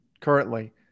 currently